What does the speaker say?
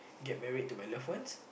get married to my loved ones